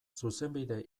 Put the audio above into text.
zuzenbide